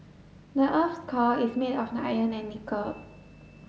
the earth's core is made of iron and nickel